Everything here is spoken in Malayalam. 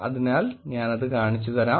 അതിനാൽ ഞാനത് കാണിച്ചുതരാം